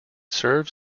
serves